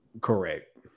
Correct